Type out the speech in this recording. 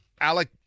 Alec